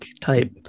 type